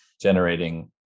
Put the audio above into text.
generating